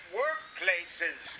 workplaces